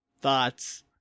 thoughts